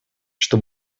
что